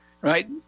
right